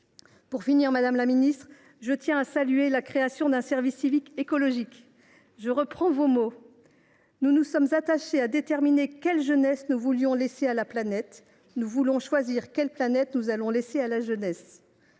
Pour finir, madame la ministre, je tiens à saluer la création d’un service civique écologique. Je reprends vos mots :« Nous nous sommes attachés à déterminer quelle jeunesse nous voulions laisser à la planète. Nous voulons choisir quelle planète nous allons laisser à la jeunesse.